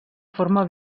forma